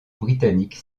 britannique